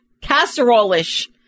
casserole-ish